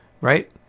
right